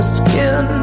skin